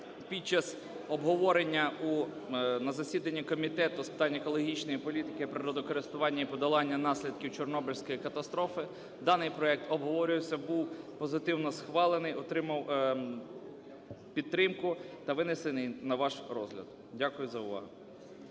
під час обговорення на засіданні Комітету з питань екологічної політики, природокористування і подолання наслідків Чорнобильської катастрофи даний проект обговорювався, був позитивно схвалений, отримав підтримку та винесений на ваш розгляд. Дякую за увагу.